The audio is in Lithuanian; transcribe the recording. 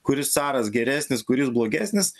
kuris caras geresnis kuris blogesnis